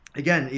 again,